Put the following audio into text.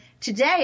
today